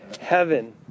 heaven